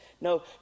No